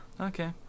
okay